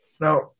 Now